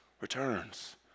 returns